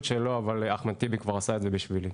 שלו אבל אחמד טיבי כבר עשה את זה בשבילי,